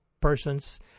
persons